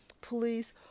police